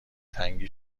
تنگی